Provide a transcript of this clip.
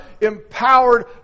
empowered